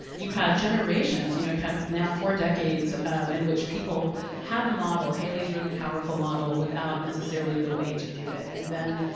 you had generations. you know, you had, now four decades in which people had the model haley's really powerful model without necessarily the way to do. and then,